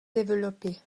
développés